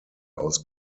aus